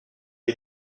est